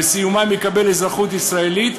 ובסיומן יקבל אזרחות ישראלית,